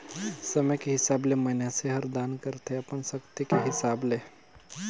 समे के हिसाब ले मइनसे हर दान करथे अपन सक्ति के हिसाब ले